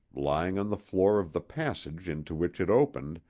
lying on the floor of the passage into which it opened,